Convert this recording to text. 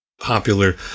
popular